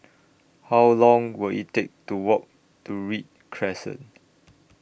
How Long Will IT Take to Walk to Read Crescent